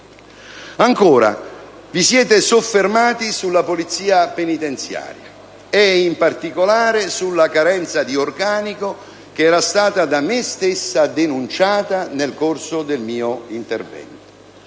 Ancora. Vi siete soffermati sulla Polizia penitenziaria e, in particolare, sulla carenza di organico che era stata da me stesso denunciata nel corso del mio intervento.